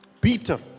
Peter